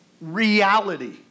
reality